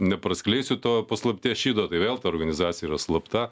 nepraskleisiu to paslapties šydo tai vėl ta organizacija yra slapta